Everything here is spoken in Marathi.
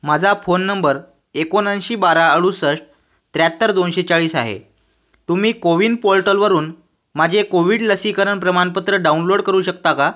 माझा फोन नंबर एकोणऐंशी बारा अडुसष्ट त्र्याहत्तर दोनशे चाळीस आहे तुम्ही कोविन पोल्टलवरून माझे कोविड लसीकरण प्रमाणपत्र डाउनलोड करू शकता का